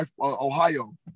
Ohio